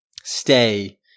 stay